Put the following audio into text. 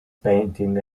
painting